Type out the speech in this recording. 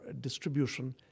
distribution